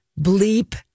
Bleep